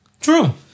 True